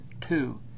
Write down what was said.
Two